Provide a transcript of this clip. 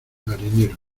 marinero